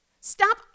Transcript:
Stop